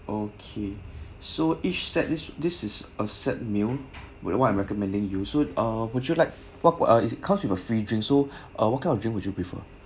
okay so each set this this is a set meal would what I'm recommending you soon uh would you like what what uh it comes with a free drink so uh what kind of drink so uh what kind of drink would you prefer